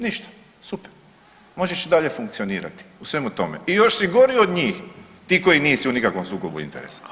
Ništa, super, možeš i dalje funkcionirati u svemu tome i još si gori od njih ti koji nisu u nikakvom sukobu interesa